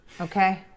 Okay